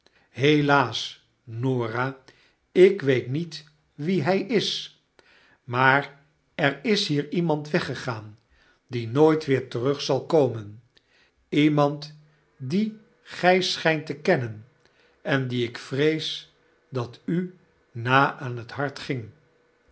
helaas norah ik weet niet wie hij is maar er is hier iemand weggegaan die nooit weer terug zal komen iemand dien gij schijnt te kennen en die ik vrees dat u na aan t hart ging